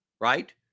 right